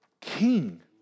king